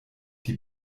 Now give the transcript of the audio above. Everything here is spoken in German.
die